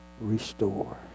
restore